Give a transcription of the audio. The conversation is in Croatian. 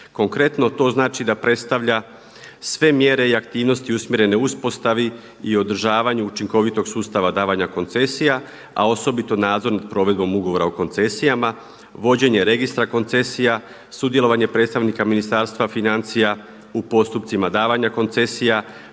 Konkretno, to znači da predstavlja sve mjere i aktivnosti usmjere uspostavi i održavanju učinkovitog sustava davanja koncesija, a osobito nadzorom provedbom ugovora o koncesijama, vođenje registra koncesija, sudjelovanje predstavnika Ministarstva financija u postupcima davanja koncesija,